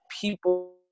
people